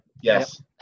Yes